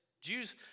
Jews